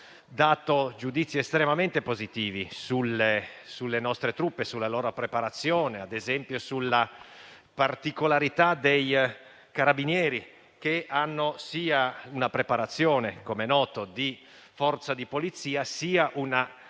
giudizi estremamente positivi sulle nostre truppe, sulla loro preparazione, ad esempio sulla particolarità dei Carabinieri, che hanno sia una preparazione di forza di polizia, sia uno